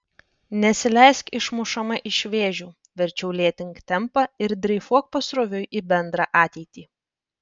nesileisk išmušama iš vėžių verčiau lėtink tempą ir dreifuok pasroviui į bendrą ateitį